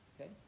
Okay